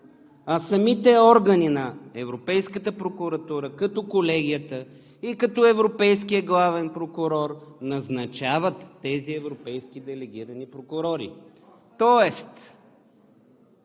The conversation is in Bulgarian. а самите органи на Европейската прокуратура като Колегията и европейския главен прокурор назначават тези европейски делегирани прокурори, тоест